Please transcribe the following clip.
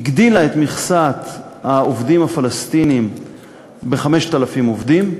הגדילה את מכסת העובדים הפלסטינים ב-5,000 עובדים,